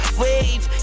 wave